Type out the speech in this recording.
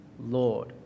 Lord